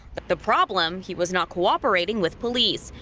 the problem he was not cooperating with police.